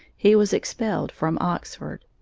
he was expelled from oxford.